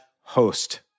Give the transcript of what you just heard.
host